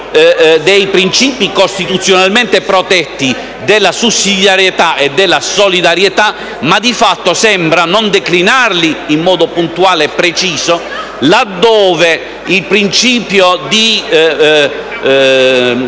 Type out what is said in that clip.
dei principi costituzionalmente protetti della sussidiarietà e della solidarietà, ma, di fatto, sembra non declinarli in modo puntuale e preciso, laddove il principio di